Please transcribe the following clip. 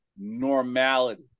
normality